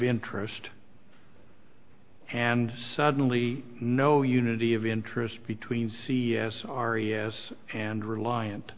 interest and suddenly no unity of interest between c s r e s and reliant